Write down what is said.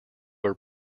were